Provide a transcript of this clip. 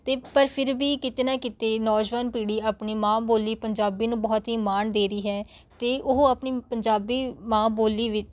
ਅਤੇ ਪਰ ਫਿਰ ਵੀ ਕਿਤੇ ਨਾ ਕਿਤੇ ਨੌਜਵਾਨ ਪੀੜ੍ਹੀ ਆਪਣੀ ਮਾਂ ਬੋਲੀ ਪੰਜਾਬੀ ਨੂੰ ਬਹੁਤ ਹੀ ਮਾਣ ਦੇ ਰਹੀ ਹੈ ਅਤੇ ਉਹ ਆਪਣੀ ਪੰਜਾਬੀ ਮਾਂ ਬੋਲੀ ਵਿ